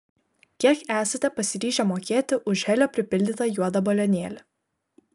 pavyzdžiui kiek esate pasiryžę mokėti už helio pripildytą juodą balionėlį